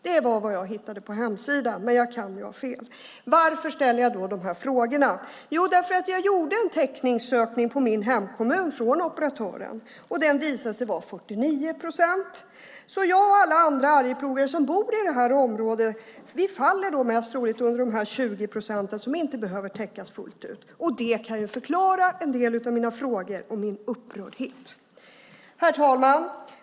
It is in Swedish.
Det var vad jag hittade på hemsidan, men jag kan ju ha fel. Varför ställer jag dessa frågor? Jo, för att jag gjorde en täckningssökning på min hemkommun hos operatören, och täckningsgraden visade sig vara 49 procent. Jag och alla arjeplogare som bor i detta område faller alltså under de 20 procent som inte behöver täckas fullt ut. Det kan förklara en del av mina frågor och min upprördhet. Herr talman!